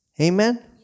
Amen